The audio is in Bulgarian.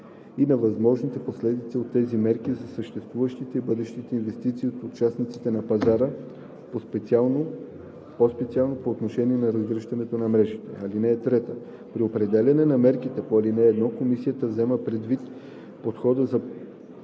и на възможните последици от тези мерки за съществуващите и бъдещите инвестиции от участниците на пазара, по-специално по отношение на разгръщането на мрежите. (3) При определяне на мерките по ал. 1 комисията взема предвид подхода за